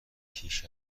پیش